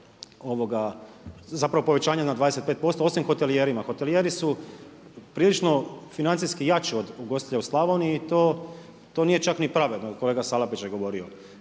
zapravo povećanje na 25% osim hotelijerima. Hotelijeri su prilično financijski jači od ugostitelja u Slavoniji i to nije čak ni pravedno, kolega Salapić je govorio.